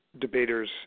debaters